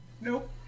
Nope